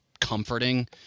comforting